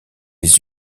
les